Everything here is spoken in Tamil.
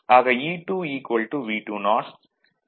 ஆக E2 V20